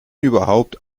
überhaupt